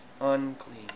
unclean